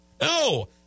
No